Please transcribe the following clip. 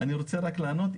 אני רוצה רק לענות.